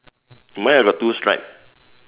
mine I got two stripe